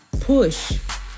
push